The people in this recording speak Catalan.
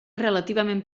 relativament